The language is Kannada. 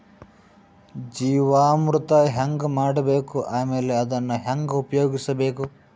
ಜೀವಾಮೃತ ಹೆಂಗ ಮಾಡಬೇಕು ಆಮೇಲೆ ಅದನ್ನ ಹೆಂಗ ಉಪಯೋಗಿಸಬೇಕು?